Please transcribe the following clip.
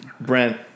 Brent